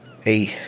Hey